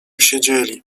siedzieli